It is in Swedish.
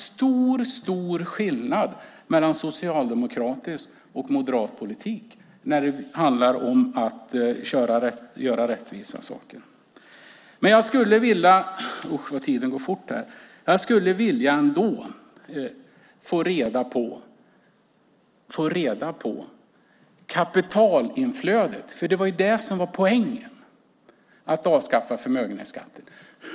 Det är stor skillnad mellan socialdemokratisk och moderat politik när det handlar om att göra rättvisa saker. Jag skulle vilja få reda på hur stort kapitalinflödet blev. Det var poängen med att avskaffa förmögenhetsskatten.